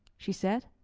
she said.